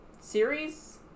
series